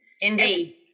Indeed